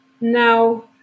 Now